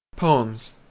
Poems